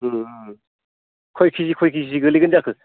कय किजि कय किजि गोलैगोन जाखो